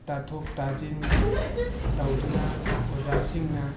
ꯇꯥꯊꯣꯛ ꯇꯥꯁꯤꯟ ꯇꯧꯗꯨꯅ ꯑꯣꯖꯥꯁꯤꯡꯅ